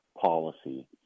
policy